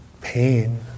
pain